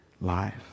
Life